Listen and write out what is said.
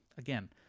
Again